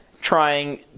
trying